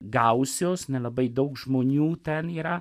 gausios nelabai daug žmonių ten yra